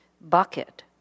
bucket